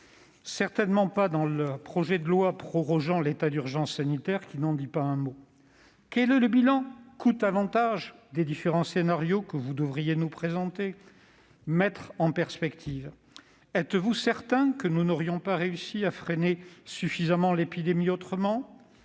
Certainement pas dans le projet de loi prorogeant l'état d'urgence sanitaire, qui n'en dit pas un mot. Quel est le bilan coûts-avantages des différents scénarios que vous devriez nous présenter, mettre en perspective ? Êtes-vous certain que nous n'aurions pas réussi à freiner suffisamment l'épidémie autrement ?